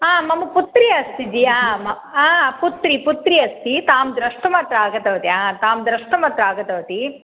हा मम पुत्री अस्ति जि हा म हा पुत्री पुत्री अस्ति तां द्रष्टुम् अत्र आगतवती हा तां द्रष्टुम् अत्र आगतवती